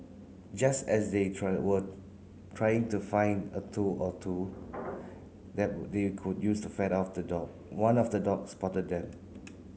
just as they try were trying to find a tool or two that they could use to fend off the dog one of the dogs spotted them